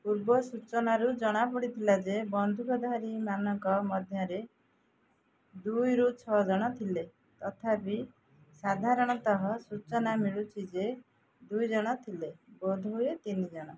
ପୂର୍ବ ସୂଚନାରୁ ଜଣାପଡ଼ିଥିଲା ଯେ ବନ୍ଧୁକଧାରୀମାନଙ୍କ ମଧ୍ୟରେ ଦୁଇରୁ ଛଅ ଜଣ ଥିଲେ ତଥାପି ସାଧାରଣତଃ ସୂଚନା ମିଳୁଛି ଯେ ଦୁଇ ଜଣ ଥିଲେ ବୋଧ ହୁଏ ତିନି ଜଣ